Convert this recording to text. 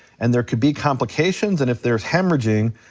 and there could be complications, and if there's hemorrhaging,